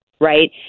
right